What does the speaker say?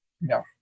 no